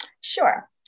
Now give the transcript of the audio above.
Sure